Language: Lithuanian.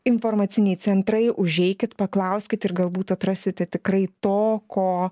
informaciniai centrai užeikit paklauskit ir galbūt atrasite tikrai to ko